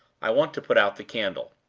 i want to put out the candle